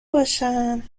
باشن